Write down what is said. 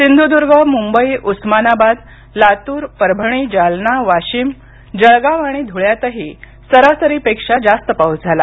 सिंधुद्र्ग मुंबई उस्मानाबाद लातूर परभणी जालना वाशिम जळगाव आणि धुळ्यातही सरासरी पेक्षा जास्त पाऊस झाला